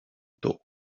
togo